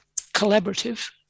collaborative